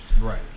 Right